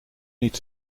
niet